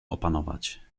opanować